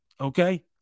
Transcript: okay